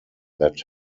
that